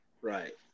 Right